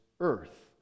Earth